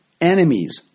enemies